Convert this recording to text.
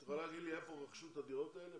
את יכולה להגיד לי איפה רכשו את הדירות האלה,